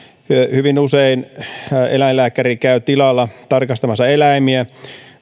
hyvin usein eläinlääkäri käy tilalla tarkastamassa eläimiä